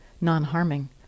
non-harming